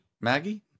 Maggie